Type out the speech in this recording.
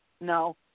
No